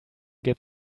get